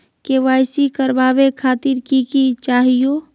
KYC करवावे खातीर कि कि चाहियो?